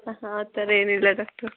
ಆ ಥರ ಏನಿಲ್ಲ ಡಾಕ್ಟರ್